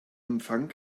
empfang